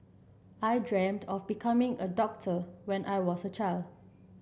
I dreamt of becoming a doctor when I was a child